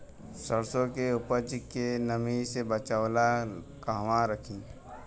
सरसों के उपज के नमी से बचावे ला कहवा रखी?